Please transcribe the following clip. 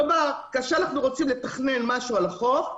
כלומר, כאשר אנחנו רוצים לתכנן משהו על החוף,